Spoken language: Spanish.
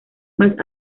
más